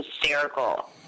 hysterical